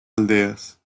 aldeas